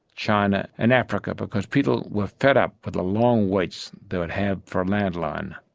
china, and africa because people were fed up with the long waits they would have for a land line.